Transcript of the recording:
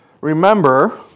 remember